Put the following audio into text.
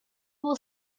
will